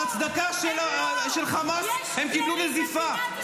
על הצדקה של חמאס הם קיבלו נזיפה.